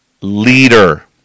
leader